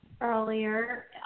earlier